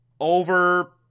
over